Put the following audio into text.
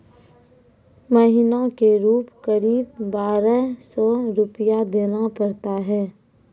महीना के रूप क़रीब बारह सौ रु देना पड़ता है?